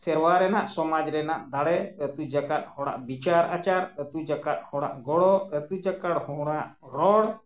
ᱥᱮᱨᱣᱟ ᱨᱮᱱᱟᱜ ᱥᱚᱢᱟᱡᱽ ᱨᱮᱱᱟᱜ ᱫᱟᱲᱮ ᱟᱛᱳ ᱡᱟᱠᱟᱫ ᱦᱚᱲᱟᱜ ᱵᱤᱪᱟᱹᱨ ᱟᱪᱟᱨ ᱟᱛᱳ ᱡᱟᱠᱟᱫ ᱦᱚᱲᱟᱜ ᱜᱚᱲᱚ ᱟᱛᱳ ᱡᱟᱠᱟᱫ ᱦᱚᱲᱟᱜ ᱨᱚᱲ